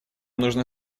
нужно